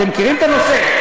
אתם מכירים את הנושא,